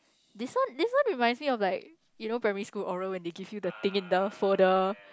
this one this one reminds me of like you know primary school oral when they give you the thing in the folder